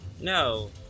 No